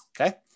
okay